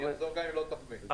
אני אחזור גם אם לא תחמיא לי.